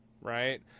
right